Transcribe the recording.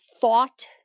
thought